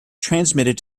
transmitted